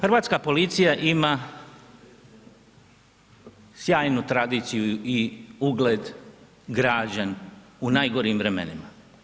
Hrvatska policija ima sjajnu tradiciju i ugled građen u najgorim vremenima.